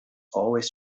always